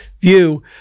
view